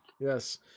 yes